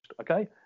okay